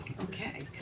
okay